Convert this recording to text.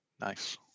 Nice